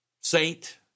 Saint